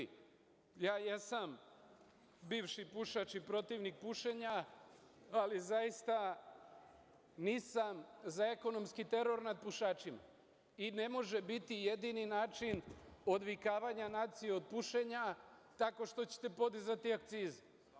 Ja jesam bivši pušač i protivnik pušenja, ali zaista nisam za ekonomski teror nad pušačima i ne može biti jedini način odvikavanja nacija od pušenja tako što ćete podizati akcizu.